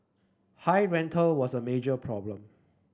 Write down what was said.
high rental was a major problem